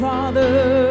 Father